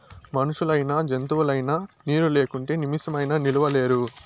మనుషులైనా జంతువులైనా నీరు లేకుంటే నిమిసమైనా నిలువలేరు